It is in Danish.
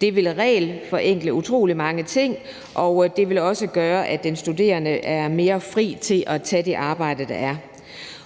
Det ville regelforenkle utrolig mange ting, og det ville også gøre, at den studerende var mere fri til at tage det arbejde, der er.